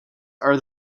are